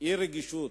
היא רגישות.